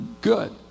good